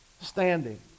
standing